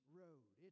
road